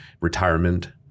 retirement